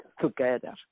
together